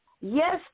Yes